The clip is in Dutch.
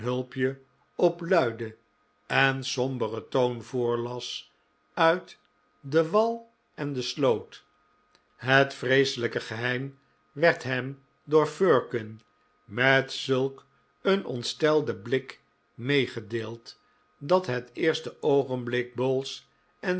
op luiden en somberen toon voorlas uit de wal en de sloot het vreeselijke geheim werd hem door firkin met zulk een ontstelden blik meegedeeld dat het eerste oogenblik bowls